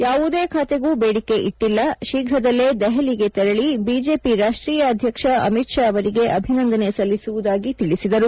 ಯಾವುದೇ ಖಾತೆಗೂ ಬೇಡಿಕೆ ಇಟ್ಟಿಲ್ಲ ಶೀಫ್ರದಲ್ಲೇ ದೆಹಲಿಗೆ ತೆರಳಿ ಬಿಜೆಪಿ ರಾಷ್ಟೀಯ ಅಧ್ಯಕ್ಷ ಅಮಿತ್ ಷಾ ಅವರಿಗೆ ಅಭಿನಂದನೆ ಸಲ್ಲಿಸುವುದಾಗಿ ತಿಳಿಸಿದರು